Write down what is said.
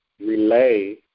relay